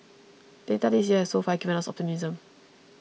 data this year has so far given us optimism